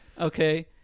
okay